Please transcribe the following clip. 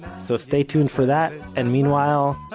so stay tuned for that, and meanwhile,